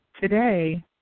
today